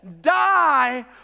die